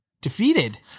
defeated